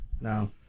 No